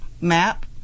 map